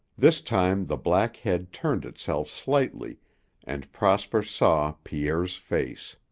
this time the black head turned itself slightly and prosper saw pierre's face.